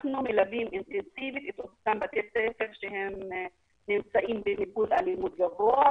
אנחנו מלווים אינטנסיבית את אותם בתי ספר שנמצאים במיקוד אלימות גבוה,